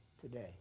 today